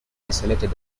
isolated